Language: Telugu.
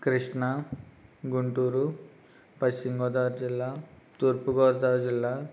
కృష్ణా గుంటూరు పశ్చిమ గోదావరి జిల్లా తూర్పు గోదావరి జిల్లా